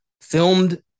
filmed